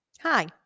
Hi